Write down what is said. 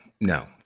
No